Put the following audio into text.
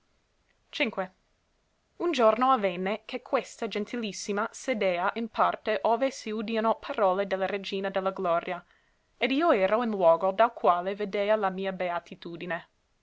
v uno giorno avvenne che questa gentilissima sedea in parte ove s'udiano parole de la regina de la gloria ed io era in luogo dal quale vedea la mia beatitudine